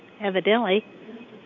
Evidently